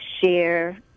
share